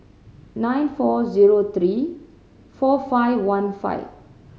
nine four zero three four five one five